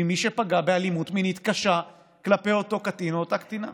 ממי שפגע באלימות מינית קשה באותו קטין או אותה קטינה.